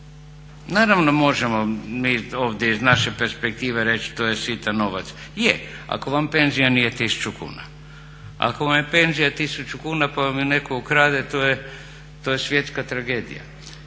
Naravno možemo mi ovdje iz naše perspektive reći to je sitan novac, je, ako vam penzija nije 1000 kuna, ako vam je penzija 1000 kuna pa vam je netko ukrade to je svjetska tragedija.